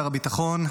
שר הביטחון,